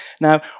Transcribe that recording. Now